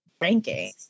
ranking